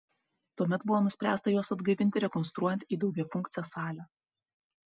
tuomet buvo nuspręsta juos atgaivinti rekonstruojant į daugiafunkcę salę